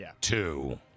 two